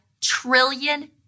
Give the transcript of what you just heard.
trillion